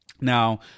now